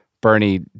Bernie